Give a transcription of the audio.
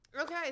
Okay